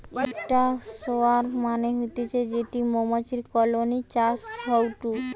ইকটা সোয়ার্ম মানে হতিছে যেটি মৌমাছির কলোনি চাষ হয়ঢু